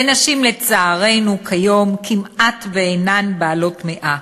וכיום נשים, לצערנו, אינן בעלות מאה,